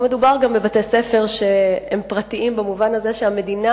לא מדובר בבתי-ספר שהם פרטיים במובן הזה שהמדינה